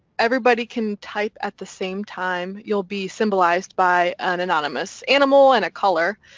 everybody can type at the same time, you'll be symbolized by an anonymous animal and a colour.